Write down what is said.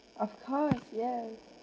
of course yes